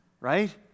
right